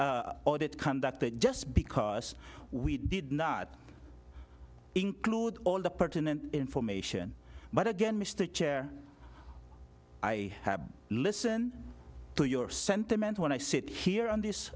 s audit conducted just because we did not include all the pertinent information but again mr chair i listen to your sentiment when i sit here on this